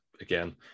Again